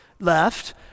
left